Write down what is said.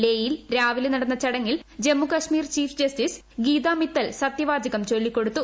ലേയിൽ രാവ്ടിലെ നടന്ന ചടങ്ങിൽ ജമ്മുകശ്മീർ ചീഫ് ജസ്റ്റിസ് ഗീത്രു മിത്തൽ സത്യവാചകം ചൊല്ലിക്കൊടുത്തു